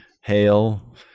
hail